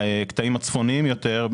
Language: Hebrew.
הקטעים הצפוניים יותר,